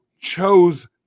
chose